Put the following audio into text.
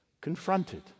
confronted